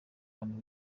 bantu